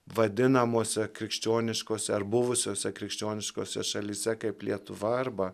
vadinamose krikščioniškose ar buvusiose krikščioniškose šalyse kaip lietuva arba